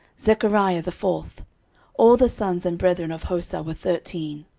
zechariah the fourth all the sons and brethren of hosah were thirteen.